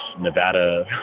Nevada